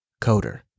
CODER